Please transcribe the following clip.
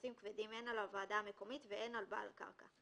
לחצים כבדים הן על הוועדה המקומית והן על בעל קרקע.